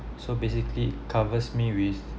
so basically covers me with